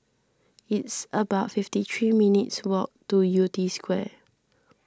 it's about fifty three minutes' walk to Yew Tee Square